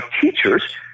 teachers